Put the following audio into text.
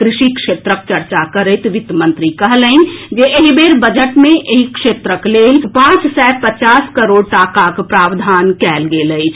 कृषि क्षेत्रक चर्चा करैत वित्तमंत्री कहलनि जे एहि बेर बजट मे एहि क्षेत्रक लेल पांच सए पचास करोड़ टाकाक प्रावधान कएल गेल अछि